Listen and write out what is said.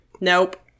Nope